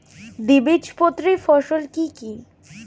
দ্বিবীজপত্রী ফসল কি কি?